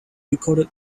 recorded